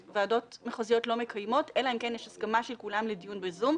ועדות מחוזיות לא מקיימות אלא אם כן יש הסכמה של כולם לדיון ב"זום".